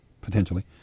potentially